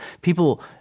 people